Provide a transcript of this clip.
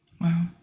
Wow